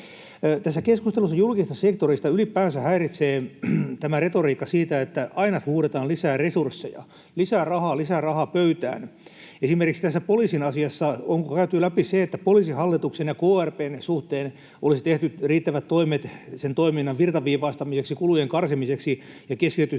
Tässä keskustelussa julkisesta sektorista ylipäänsä häiritsee tämä retoriikka, että aina huudetaan lisää resursseja: lisää rahaa, lisää rahaa pöytään. Esimerkiksi onko tässä poliisin asiassa käyty läpi se, että Poliisihallituksen ja krp:n suhteen olisi tehty riittävät toimet toiminnan virtaviivaistamiseksi ja kulujen karsimiseksi ja keskitytty